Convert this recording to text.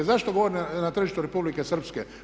Zašto govorim na tržištu Republike Srpske?